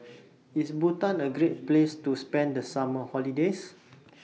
IS Bhutan A Great Place to spend The Summer holidays